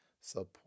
support